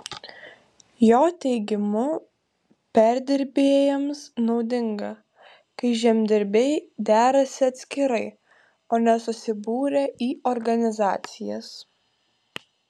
jo teigimu perdirbėjams naudinga kai žemdirbiai derasi atskirai o ne susibūrę į organizacijas